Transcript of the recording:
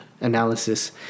analysis